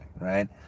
right